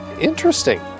interesting